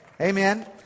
Amen